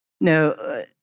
no